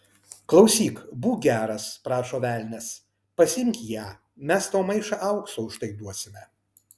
klausyk būk geras prašo velnias pasiimk ją mes tau maišą aukso už tai duosime